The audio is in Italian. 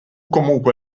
comunque